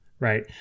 Right